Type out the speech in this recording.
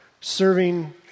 serving